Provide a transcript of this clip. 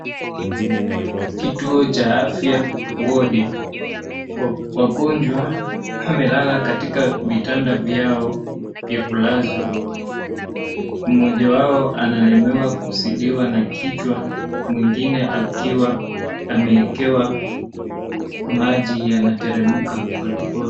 Kituo cha afya wodi. Wagonjwa wamelala katika vitanda vya kulazwa. Mmoja wao analemewa kuzidiwa na kichwa mwengine akiwa ameekewa maji yanateremka polepole.